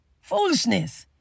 foolishness